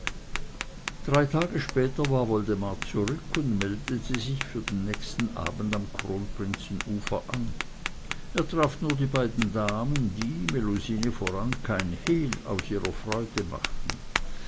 drei tage später war woldemar zurück und meldete sich für den nächsten abend am kronprinzenufer an er traf nur die beiden damen die melusine voran kein hehl aus ihrer freude machten